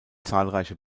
zahlreiche